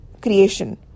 creation